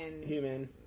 Human